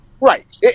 Right